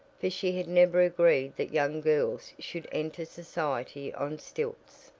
for she had never agreed that young girls should enter society on stilts.